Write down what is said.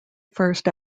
first